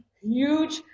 huge